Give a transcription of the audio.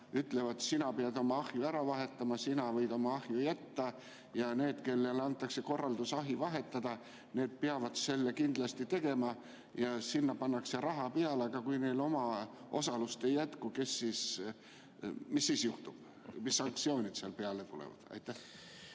ütlevad, et sina pead oma ahju ära vahetama, aga sina võid oma ahju jätta? Ja need, kellele antakse korraldus ahi vahetada, need peavad seda kindlasti tegema ja sinna pannakse raha peale? Aga kui neil omaosalust ei jätku, mis siis juhtub, mis sanktsioonid seal peale tulevad?